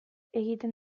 egiten